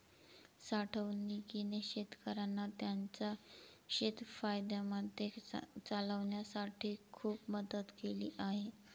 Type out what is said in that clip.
साठवणूकीने शेतकऱ्यांना त्यांचं शेत फायद्यामध्ये चालवण्यासाठी खूप मदत केली आहे